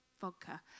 vodka